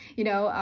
you know.